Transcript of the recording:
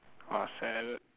!wah! sadded